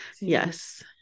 yes